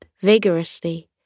vigorously